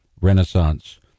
renaissance